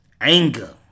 anger